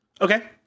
Okay